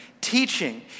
teaching